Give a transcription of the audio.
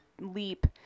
leap